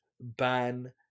ban